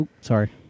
sorry